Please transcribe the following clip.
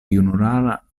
junulara